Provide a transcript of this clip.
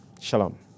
Shalom